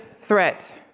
threat